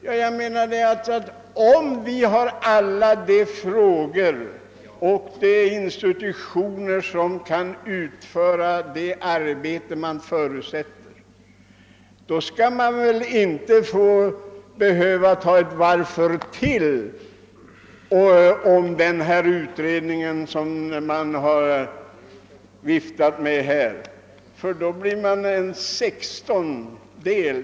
Med anledning därav vill jag säga att om vi hade alla de institutioner som kunde utföra allt det arbete man förutsätter skulle man väl inte behöva ytterligare en utredning som man har viftat med här, ty då blir det tal om en sextonde.